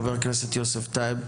חבר הכנסת יוסף טייב.